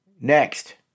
Next